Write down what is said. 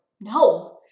No